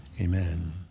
Amen